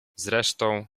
zresztą